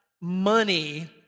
money